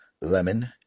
lemon